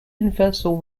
universal